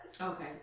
Okay